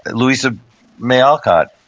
louisa may alcott,